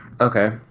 Okay